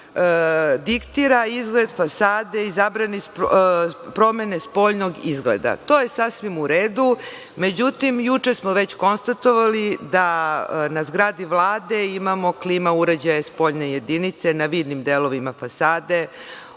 diktira izgled fasade i zabrani promene spoljnog izgleda. To je sasvim u redu. Međutim, juče smo već konstatovali da na zgradi Vlade imamo klima uređaje spoljne jedinice, na vidnim delovima fasade,